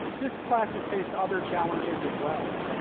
this class has faced other challenges as well.